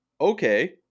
okay